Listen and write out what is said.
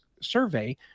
survey